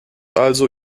also